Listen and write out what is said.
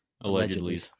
Allegedly